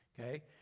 Okay